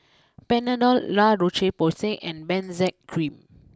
Panadol La Roche Porsay and Benzac cream